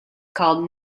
called